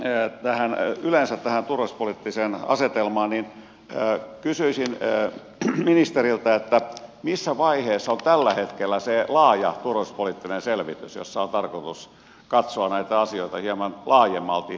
se että hän ei yleensä tähän turvallisuuspoliittiseen asetelmaan niin kysyisin ministeriltä missä vaiheessa on tällä hetkellä se laaja turvallisuuspoliittinen selvitys jossa on tarkoitus katsoa näitä asioita hieman laajemmalti